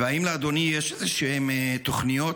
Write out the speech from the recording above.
והאם לאדוני יש איזשהן תוכניות,